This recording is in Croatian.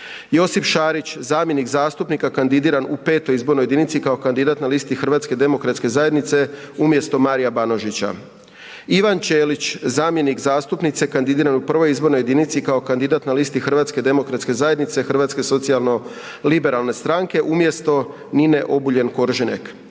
Josip Šarić, zamjenik zastupnika kandidiran u 5. izbornoj jedinici kao kandidat na listi Hrvatske demokratske zajednice, HDZ, umjesto Maria Banožića; Ivan Ćelić, zamjenik zastupnice kandidiran u 1. izbornoj jedinici kao kandidat na listi Hrvatske demokratske zajednice, Hrvatsko socijalno-liberalne stranke, umjesto Nine Obuljen Koržinek;